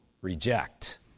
reject